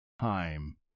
time